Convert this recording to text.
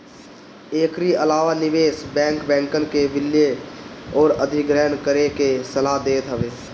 एकरी अलावा निवेश बैंक, बैंकन के विलय अउरी अधिग्रहण करे के सलाह देत हवे